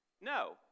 No